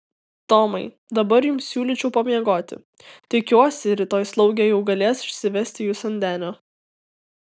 tomai dabar jums siūlyčiau pamiegoti tikiuosi rytoj slaugė jau galės išsivesti jus ant denio